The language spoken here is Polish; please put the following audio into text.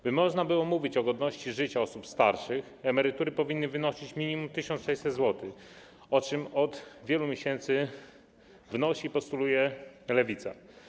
By można było mówić o godności życia osób starszych, emerytury powinny wynosić minimum 1600 zł, o co od wielu miesięcy wnosi i co postuluje Lewica.